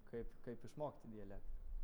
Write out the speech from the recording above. kaip kaip išmokti dialektą